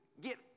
get